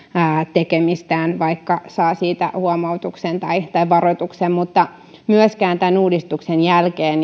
tekemistään vaikka saa siitä huomautuksen tai tai varoituksen myöskään tämän uudistuksen jälkeen